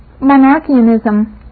Monarchianism